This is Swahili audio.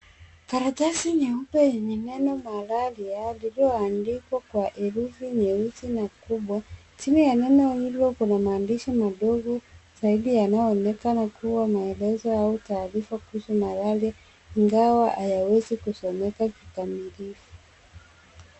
Karatasi nyeupe yenye meno malaria liloandikwa kwa herufi nyeusi na kubwa. Chini ya neno hilo kuna maandishi madogo zaidi yanayoonekana kuwa maelezo au taarifa kuhusu malaria ingawa hayawezi kusomeka kikamilifu.